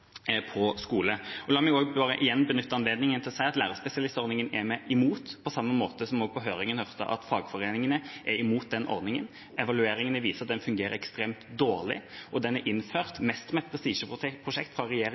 på skole. La meg igjen benytte anledningen til å si at lærerspesialistordningen er vi imot, en ordning som vi hørte på høringen at også fagforeningene er imot. Evalueringene viser at den fungerer ekstremt dårlig, og den er innført mest som et prestisjeprosjekt fra